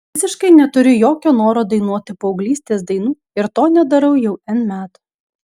visiškai neturiu jokio noro dainuoti paauglystės dainų ir to nedarau jau n metų